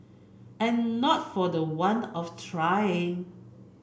and not for the want of trying